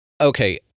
okay